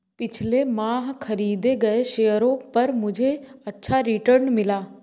पिछले माह खरीदे गए शेयरों पर मुझे अच्छा रिटर्न मिला